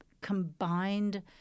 combined